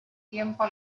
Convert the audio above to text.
tiempo